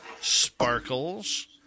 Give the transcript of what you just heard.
Sparkles